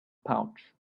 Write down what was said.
pouch